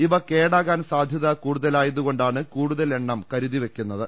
ഇവ കേടാ കാൻ സാധ്യത കൂടുതലായതുകൊണ്ടാണ് കൂടുതൽഎണ്ണം കരുതിവയ്ക്കു ന്നത്